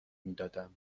میدادم